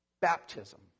Baptism